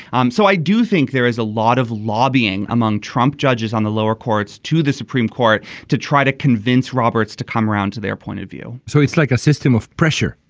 um so i do think there is a lot of lobbying among trump judges on the lower courts to the supreme court to try to convince roberts to come around to their point of view. so it's like a system of pressure.